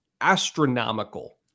astronomical